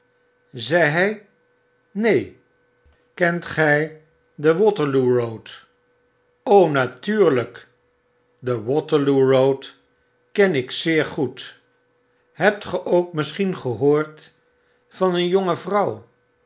zei hij neen kent gy de waterloo eoad natuurlyk de waterloo eoad ken ik zeer goed hebt ge ook misschien gehoord van een jonge vrouw